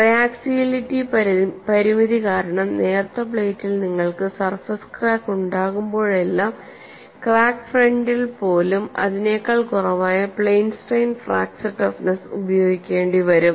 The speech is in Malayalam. ട്രയാക്സിയാലിറ്റി പരിമിതി കാരണം നേർത്ത പ്ലേറ്റിൽ നിങ്ങൾക്ക് സർഫസ് ക്രാക്ക് ഉണ്ടാകുമ്പോഴെല്ലാം ക്രാക്ക് ഫ്രണ്ടിൽ പോലും അതിനേക്കാൾ കുറവായ പ്ലെയിൻ സ്ട്രെയിൻ ഫ്രാക്ചർ ടഫ്നെസ്സ് ഉപയോഗിക്കേണ്ടിവരും